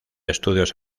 estudios